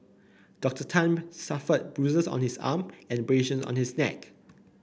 Doctor Tan suffered bruises on his arm and abrasion on his neck